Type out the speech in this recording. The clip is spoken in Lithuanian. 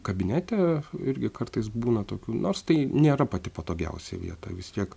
kabinete irgi kartais būna tokių nors tai nėra pati patogiausia vieta vis tiek